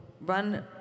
run